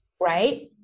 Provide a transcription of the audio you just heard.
Right